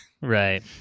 Right